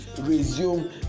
resume